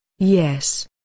Yes